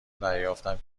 دریافتم